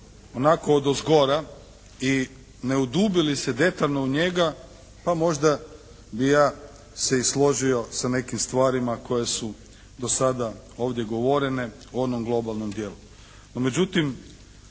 onako odozgora i ne udubili se detaljno u njega, pa možda bi ja se i složio sa nekim stvarima koje su dosada ovdje govorene u onom globalnom dijelu.